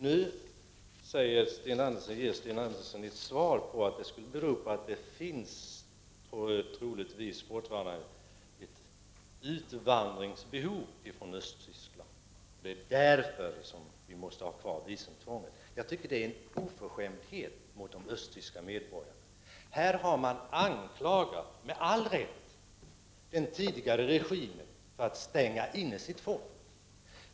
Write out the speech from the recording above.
Nu säger Sten Andersson i sitt svar att det beror på att det troligtvis fortfarande finns ett utvandringsbehov i Östtyskland. Det är därför vi måste ha kvar visumtvånget. Jag tycker att detta är en oförskämdhet mot de östtyska medborgarna. Här har man — med all rätt — anklagat den tidigare regimen för att stänga inne sitt folk.